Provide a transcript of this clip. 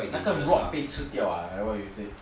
dangerous ah